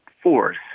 force